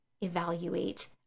evaluate